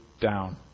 down